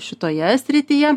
šitoje srityje